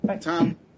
Tom